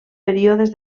períodes